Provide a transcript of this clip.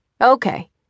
Okay